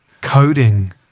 coding